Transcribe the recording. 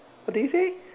what do you say